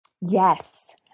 Yes